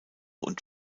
und